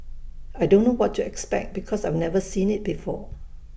I don't know what to expect because I've never seen IT before